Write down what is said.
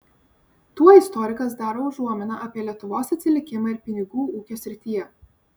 tuo istorikas daro užuominą apie lietuvos atsilikimą ir pinigų ūkio srityje